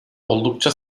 oldukça